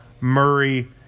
Murray